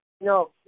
No